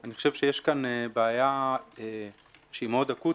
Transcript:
אני חושב שיש פה בעיה מאוד אקוטית,